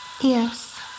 Yes